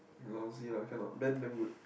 lousy lah I cannot Ben damn good